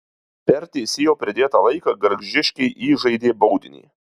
per teisėjo pridėtą laiką gargždiškiai įžaidė baudinį